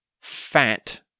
fat